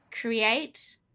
create